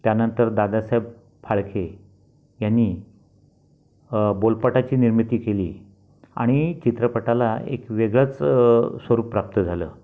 त्यानंतर दादासाएब फाळके यांनी बोलपटाची निर्मिती केली आणि चित्रपटाला एक वेगळंच स्वरूप प्राप्त झालं